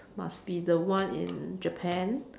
must be the one in Japan